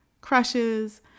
crushes